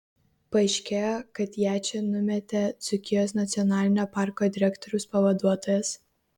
paaiškėjo kad ją čia numetė dzūkijos nacionalinio parko direktoriaus pavaduotojas